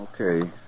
Okay